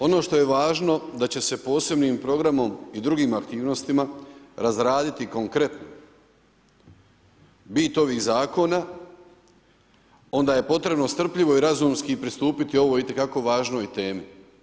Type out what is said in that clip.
Ono što je važno da će se posebnim programom i drugim aktivnostima razraditi konkretno bit ovih zakona, onda je potrebno strpljivo i razumski pristupiti ovoj, itekako važnoj temi.